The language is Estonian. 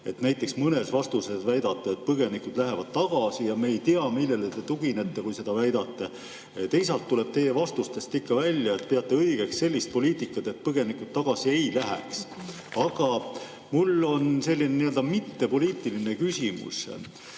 Näiteks mõnes vastuses väidate, et põgenikud lähevad tagasi, ja me ei tea, millele te tuginete, kui seda väidate. Teisalt tuleb teie vastustest ikka välja, et peate õigeks sellist poliitikat, et põgenikud tagasi ei läheks. Aga mul on selline mittepoliitiline küsimus,